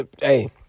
hey